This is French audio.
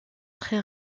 très